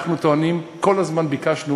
אנחנו טוענים, כל הזמן ביקשנו